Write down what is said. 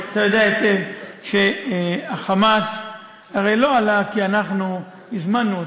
אתה יודע היטב שה"חמאס" הרי לא עלה כי אנחנו הזמנו אותו,